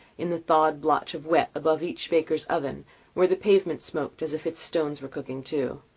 in the thawed blotch of wet above each baker's oven where the pavement smoked as if its stones were cooking too.